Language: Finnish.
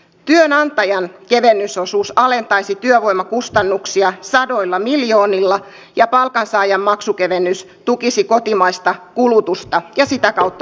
työnantajan kevennysosuus alentaisi työvoimakustannuksia sadoilla miljoonilla ja palkansaajan maksukevennys tukisi kotimaista kulutusta ja sitä kautta työllisyyttä